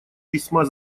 весьма